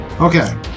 Okay